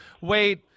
Wait